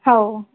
हो